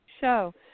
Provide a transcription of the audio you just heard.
show